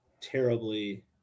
terribly